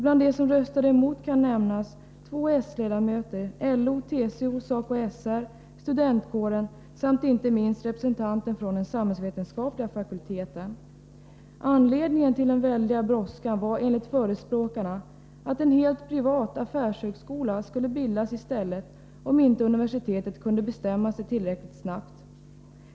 Bland dem som röstade emot kan nämnas två socialdemokratiska ledamöter, LO, TCO, SACO/SR, studentkåren samt inte minst representanten från den samhällsvetenskapliga fakulteten. Anledningen till den väldiga brådskan var enligt förespråkarna att en helt privat affärshögskola skulle bildas i stället, om inte universitetet kunde bestämma sig tillräckligt snabbt.